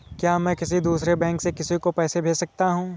क्या मैं किसी दूसरे बैंक से किसी को पैसे भेज सकता हूँ?